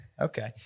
okay